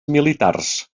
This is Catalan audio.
militars